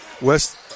West